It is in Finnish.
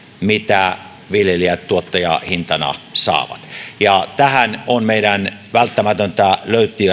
mitä viljelijät tuottajahintana saavat tähän on meidän välttämätöntä